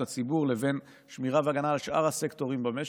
הציבור לבין שמירה והגנה על שאר הסקטורים במשק.